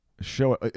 show